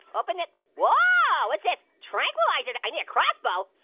open it, whoa, what's this, tranquilizer, i need a crossbow?